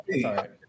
sorry